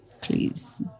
please